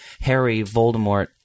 Harry-Voldemort